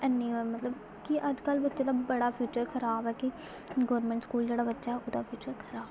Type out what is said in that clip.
ऐनी होऐ मतलब कि अज्जकल बच्चे दा बड़ा फ्यूचर खराब ऐ कि गौरमेंट स्कूल जेह्ड़ा बच्चा ऐ ओह्दा फ्यूचर खराब ऐ